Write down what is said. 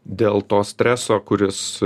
dėl to streso kuris